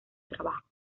trabajo